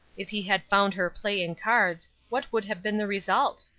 if he had found her playing cards, what would have been the result?